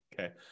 okay